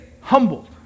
humbled